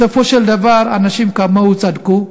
בסופו של דבר, אנשים כמוהו צדקו,